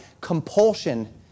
compulsion